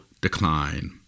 decline